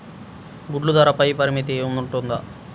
గుడ్లు ధరల పై పరిమితి ఉంటుందా?